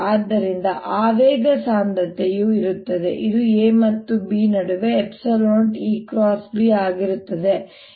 ಆದ್ದರಿಂದ ಆವೇಗ ಸಾಂದ್ರತೆಯು ಇರುತ್ತದೆ ಇದು a ಮತ್ತು b ನಡುವೆ 0 ಆಗಿರುತ್ತದೆ